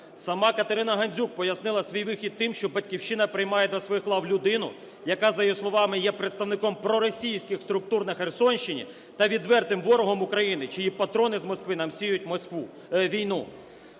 Сама Катерина Гандзюк пояснила свій вихід тим, що "Батьківщина" приймає до своїх лав людину, яка, за її словами, є представником проросійських структур на Херсонщині та відвертим ворогом України, чиї патрони з Москви нам сіють війну.